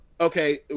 Okay